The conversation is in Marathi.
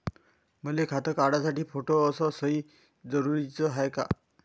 मले खातं काढासाठी फोटो अस सयी जरुरीची हाय का?